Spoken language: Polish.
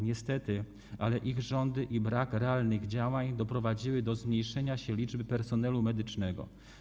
Niestety, ich rządy i brak realnych działań doprowadziły do zmniejszenia liczby personelu medycznego.